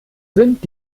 sind